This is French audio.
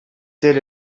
tel